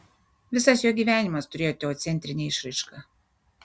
visas jo gyvenimas turėjo teocentrinę išraišką